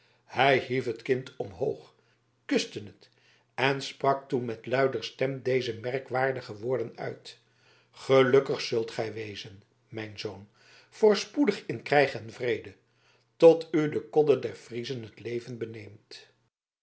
hij hief het kind omhoog kuste het en sprak toen met luider stem deze merkwaardige woorden uit gelukkig zult gij wezen mijn zoon voorspoedig in krijg en vrede tot u de kodde der friezen het leven beneemt